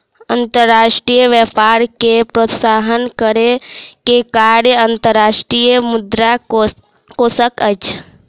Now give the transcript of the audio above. अंतर्राष्ट्रीय व्यापार के प्रोत्साहन करै के कार्य अंतर्राष्ट्रीय मुद्रा कोशक अछि